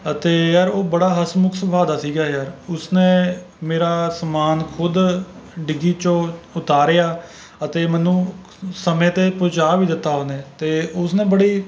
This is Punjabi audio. ਅਤੇ ਯਾਰ ਉਹ ਬੜਾ ਹਸਮੁਖ ਸੁਭਾਅ ਦਾ ਸੀਗਾ ਯਾਰ ਉਸਨੇ ਮੇਰਾ ਸਮਾਨ ਖ਼ੁਦ ਡਿੱਗੀ 'ਚੋਂ ਉਤਾਰਿਆ ਅਤੇ ਮੈਨੂੰ ਸਮੇਂ 'ਤੇ ਪਹੁੰਚਾ ਵੀ ਦਿੱਤਾ ਉਹਨੇ ਅਤੇ ਉਸਨੇ ਬੜੀ